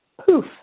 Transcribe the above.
poof